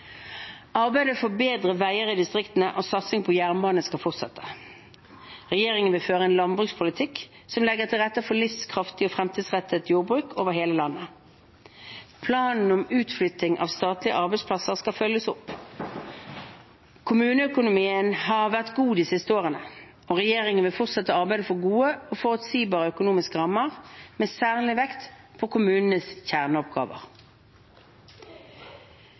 bedre veier i distriktene og satsing på jernbane skal fortsette. Regjeringen vil føre en landbrukspolitikk som legger til rette for et livskraftig og fremtidsrettet jordbruk over hele landet. Planen om utflytting av statlige arbeidsplasser skal følges opp. Kommuneøkonomien har vært god de siste årene, og regjeringen vil fortsette å arbeide for gode og forutsigbare økonomiske rammer, med særlig vekt på kommunenes kjerneoppgaver.